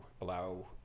allow